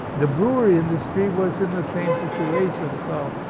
the brewery industry was in the same situation. so,